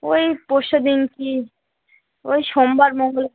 ওই পরশুদিন কি ওই সোমবার মঙ্গল